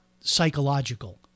psychological